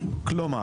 כלומר,